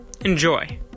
Enjoy